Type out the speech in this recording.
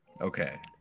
Okay